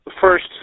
First